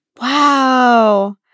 Wow